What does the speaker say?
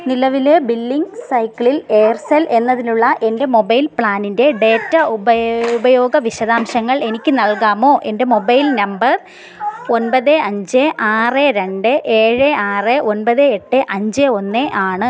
നിലവിലെ ബില്ലിംഗ് സൈക്കിളിൽ എയർസെൽ എന്നതിലുള്ള എൻ്റെ മൊബൈൽ പ്ലാനിൻ്റെ ഡാറ്റ ഉപയോഗ വിശദാംശങ്ങൾ എനിക്ക് നൽകാമോ എൻ്റെ മൊബൈൽ നമ്പർ ഒമ്പത് അഞ്ച് ആറ് രണ്ട് ഏഴ് ആറ് ഒമ്പത് എട്ട് അഞ്ച് ഒന്ന് ആണ്